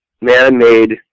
man-made